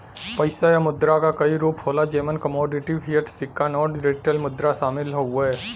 पइसा या मुद्रा क कई रूप होला जेमन कमोडिटी, फ़िएट, सिक्का नोट, डिजिटल मुद्रा शामिल हउवे